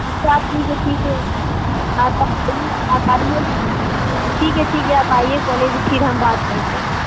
ठीक है तो आप ठीक है ठीक है हाँ तो आप आइए आप आइए ठीक है ठीक है आप आइए कौलेज फिर हम बात करते हैं